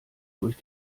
durch